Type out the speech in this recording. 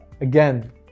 Again